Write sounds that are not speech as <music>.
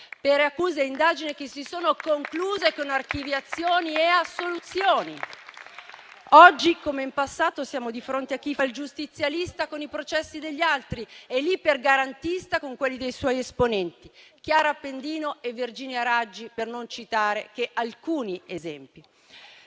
per accuse e indagini che si sono concluse con archiviazioni e assoluzioni. <applause> Oggi, come in passato, siamo di fronte a chi fa il giustizialista con i processi degli altri e l'ipergarantista con quelli dei suoi esponenti: Chiara Appendino e Virginia Raggi, per non citare che alcuni esempi.